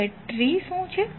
હવે ટ્રી શું છે